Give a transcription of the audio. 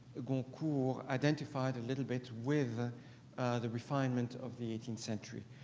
goncourt identified a little bit with the refinement of the eighteenth century.